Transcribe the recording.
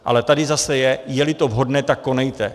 Ale tady zase je: jeli to vhodné, tak konejte.